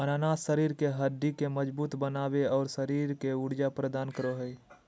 अनानास शरीर के हड्डि के मजबूत बनाबे, और शरीर के ऊर्जा प्रदान करो हइ